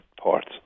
parts